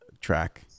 track